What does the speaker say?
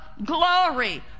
Glory